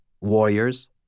Warriors